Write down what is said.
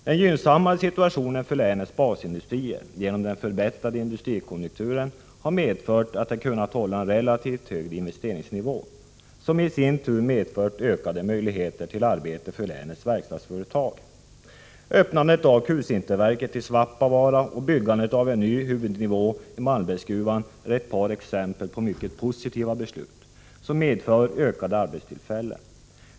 Den gynnsammare situationen för länets basindustrier genom den förbättrade industrikonjunkturen har medfört att de kunnat hålla en relativt hög investeringsnivå, som i sin tur medfört ökade möjligheter till arbete för länets verkstadsföretag. Öppnandet av kulsinterverket i Svappavaara och byggandet av en ny huvudnivå i Malmbergsgruvan är ett par exempel på mycket positiva beslut som medför ökade arbetstillfällen.